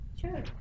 Sure